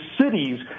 cities